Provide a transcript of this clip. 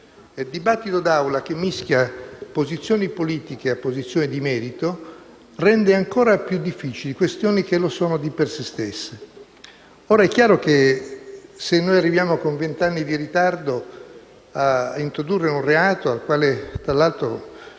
Il dibattito d'Aula che mischia posizioni politiche a posizioni di merito rende ancora più difficili questioni che già lo sono di per se stesse. È chiaro che, se arriviamo con vent'anni di ritardo a introdurre un reato rispetto al